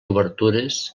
obertures